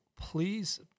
please